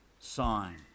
sign